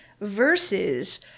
versus